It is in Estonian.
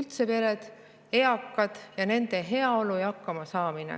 üldse pered, eakad, nende heaolu ja hakkamasaamine.